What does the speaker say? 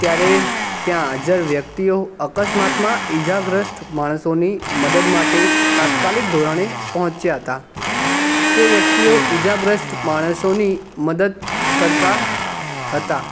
ત્યારે ત્યાં હાજર વ્યક્તિઓ અકસ્માતમાં ઇજાગ્રસ્ત માણસોની મદદ માટે તાત્કાલિક ધોરણે પહોંચ્યા હતા તે વ્યક્તિઓ ઈજાગ્રસ્ત માણસોની મદદ કરતાં હતાં